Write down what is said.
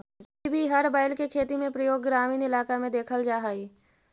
अभी भी हर बैल के खेती में प्रयोग ग्रामीण इलाक में देखल जा हई